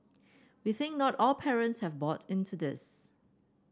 we think not all parents have bought into this